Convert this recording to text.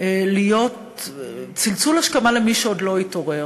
להיות צלצול השכמה למי שעוד לא התעורר.